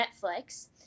Netflix